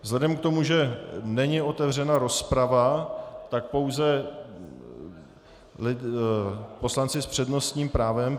Vzhledem k tomu, že není otevřena rozprava, tak pouze poslanci s přednostním právem.